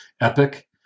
epic